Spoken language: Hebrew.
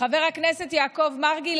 חבר הכנסת יעקב מרגי,